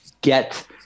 get